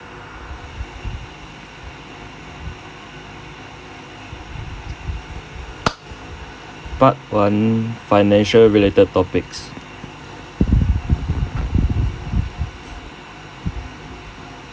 part one financial related topics